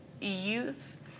youth